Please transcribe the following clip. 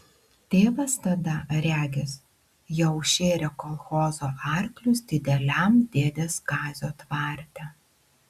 tėvas tada regis jau šėrė kolchozo arklius dideliam dėdės kazio tvarte